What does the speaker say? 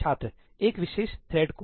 छात्र एक विशेष थ्रेड को